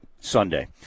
Sunday